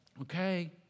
okay